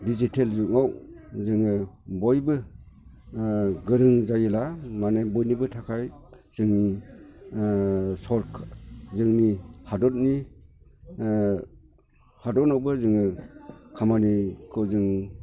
digital जुगाव जोङो बयबो गोरों जायोब्ला माने बयनिबो थाखाय जों जोंनि हादरनि हादरावबो जोङो खामानिखौ जों